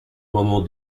moment